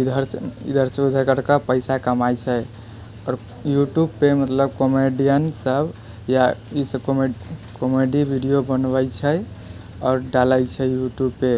इधर सँ उधर पैसा कमाइ छै आओर यूट्यूब पर मतलब कॉमेडियन सब या ई सब कॉमेडी वीडियो बनबै छै और डालै छै यूट्यूब पर